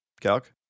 Calc